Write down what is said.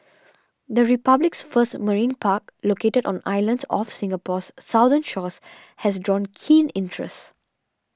the republic's first marine park located on islands off Singapore's southern shores has drawn keen interest